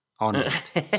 Honest